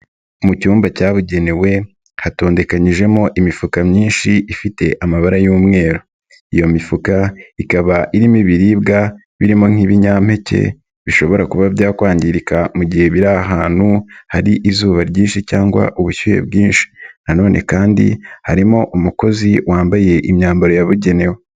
Mu cyumba cyabugenewe hatondekanyijemo imifuka myinshi ifite amabara y'umweru, iyo mifuka ikaba irimo ibiribwa birimo nk'ibinyampeke bishobora kuba byakwangirika mu gihe biri ahantu hari izuba ryinshi cyangwa ubushyuhe bwinshi, nanone kandi harimo umukozi wambaye imyambaro yabugenewe.